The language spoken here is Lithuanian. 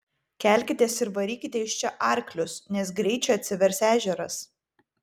kelkitės ir varykite iš čia arklius nes greit čia atsivers ežeras